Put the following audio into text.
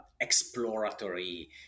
exploratory